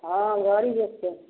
हाँ गड़ी बेचते हैं